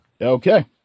Okay